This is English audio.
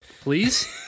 Please